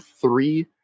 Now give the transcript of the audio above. three